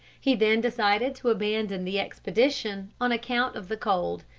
he then decided to abandon the expedition, on account of the cold,